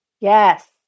Yes